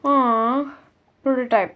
!aww! type